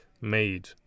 made